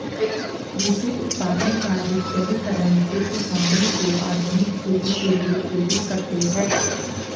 कृषि उत्पादों का डिजिटलीकरण जो किसानों को आधुनिक खेती के लिए प्रेरित करते है